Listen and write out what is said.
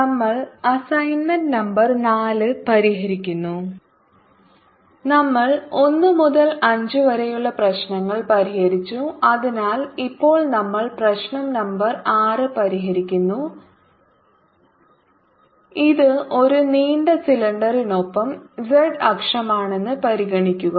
നമ്മൾ assignment number 4 പരിഹരിക്കുന്നു നമ്മൾ 1 മുതൽ 5 വരെയുള്ള പ്രശ്നങ്ങൾ പരിഹരിച്ചു അതിനാൽ ഇപ്പോൾ നമ്മൾ പ്രശ്നം നമ്പർ 6 പരിഹരിക്കുന്നു ഇത് ഒരു നീണ്ട സിലിണ്ടറിനൊപ്പം z അക്ഷമാണെന്ന് പരിഗണിക്കുക